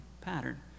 pattern